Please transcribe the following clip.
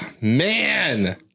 Man